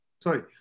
Sorry